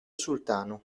sultano